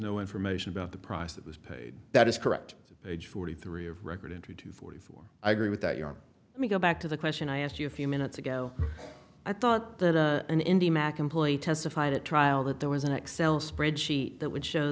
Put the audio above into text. no information about the price that was paid that is correct page forty three of record in two to forty four i agree with that you are let me go back to the question i asked you a few minutes ago i thought that an indy mac employee testified at trial that there was an excel spreadsheet that would show